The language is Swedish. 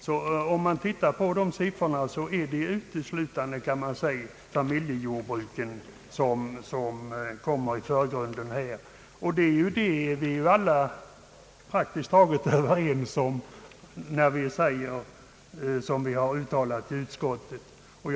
Det framgår alltså att det nästan uteslutande är familjejordbruken som kommit i förgrunden. Detta var vi praktiskt taget alla överens om i utskottet när vi uttalade oss på det sätt som utskottet här gjort.